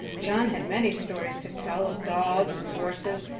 john had many stories to tell of dogs and horses,